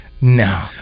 no